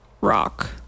rock